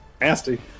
nasty